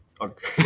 Okay